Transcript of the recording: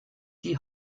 die